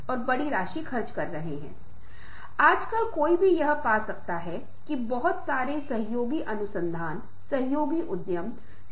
लेकिन ध्यान केंद्रित करना एक अलग क्षेत्र है और हमने बहुत विशिष्ट तरीके से ध्यान केंद्रित नहीं किया है